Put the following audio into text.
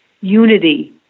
unity